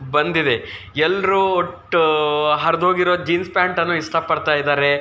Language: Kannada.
ಬಂದಿದೆ ಎಲ್ಲರೂ ಒಟ್ಟು ಹರಿದ್ಹೋಗಿರೋ ಜೀನ್ಸ್ ಪ್ಯಾಂಟನ್ನು ಇಷ್ಟ ಪಡ್ತಾ ಇದ್ದಾರೆ